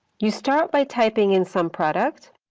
you start by typing in sumproduct,